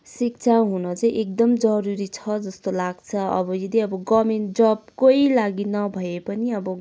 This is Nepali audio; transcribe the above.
शिक्षा हुन चाहिँ एकदम जरुरी छ जस्तो लाग्छ अब यदि अब गर्मेन्ट जबकै लागि नभए पनि अब